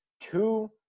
two